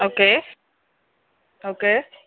okay okay